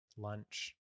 Lunch